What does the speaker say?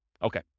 Okay